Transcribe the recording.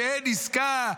שאין עסקה,